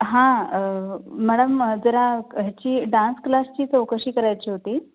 हां मॅडम जरा ह्याची डान्स क्लासची चौकशी करायची होती